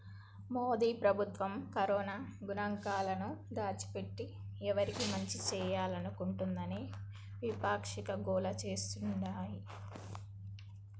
మోదీ ప్రభుత్వం కరోనా గణాంకాలను దాచిపెట్టి ఎవరికి మంచి చేయాలనుకుంటోందని విపక్షాలు గోల చేస్తాండాయి